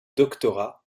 doctorat